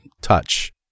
Touch